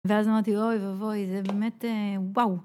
ואז אמרתי אוי ואבוי זה באמת וואו